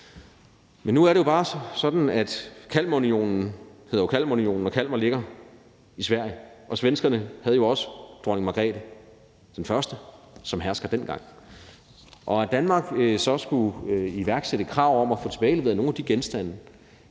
Men nu er det jo bare sådan, at Kalmarunionen jo hedder Kalmarunionen, og Kalmar ligger i Sverige. Svenskerne havde jo også dronning Margrete I som hersker dengang. At Danmark så skulle fremsætte krav om at få tilbageleveret nogle af de genstande,